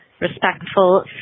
respectful